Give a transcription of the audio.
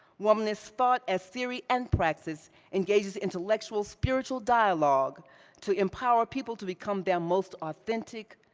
womanist thought as theory and practice engages intellectual, spiritual dialogue to empower people to become their most authentic,